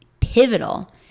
pivotal